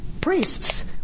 priests